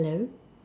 hello